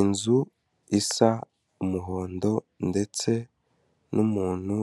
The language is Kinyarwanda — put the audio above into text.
Inzu isa umuhondo ndetse n'umuntu